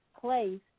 place